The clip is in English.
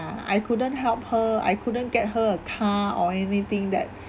I couldn't help her I couldn't get her a car or anything that